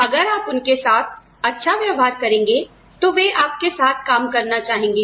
अगर आप उनके साथ अच्छा व्यवहार करेंगे तो वे आपके साथ काम करना चाहेंगे